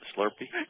Slurpee